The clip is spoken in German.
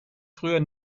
früher